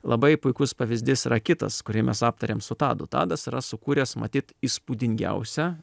labai puikus pavyzdys yra kitas kurį mes aptarėm su tadu tadas yra sukūręs matyt įspūdingiausią